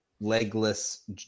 legless